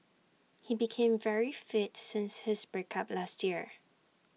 he became very fit since his break up last year